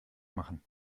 machen